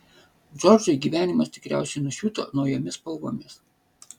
džordžui gyvenimas tikriausiai nušvito naujomis spalvomis